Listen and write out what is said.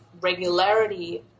regularity